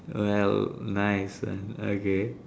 well nice lah okay